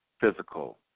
physical